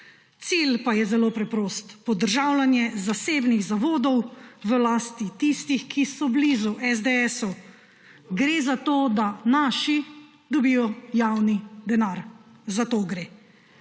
Cilj pa je zelo preprost − podržavljanje zasebnih zavodov v lasti tistih, ki so blizu SDS. Gre za to, da naši dobijo javni denar. Za to gre.